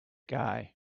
guy